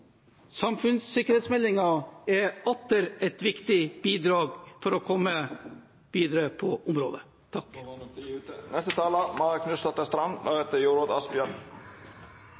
er atter et viktig bidrag for å komme videre på området. Då var nok tida ute.